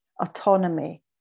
autonomy